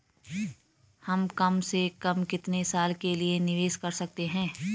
हम कम से कम कितने साल के लिए निवेश कर सकते हैं?